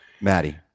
Maddie